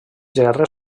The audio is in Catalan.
gerra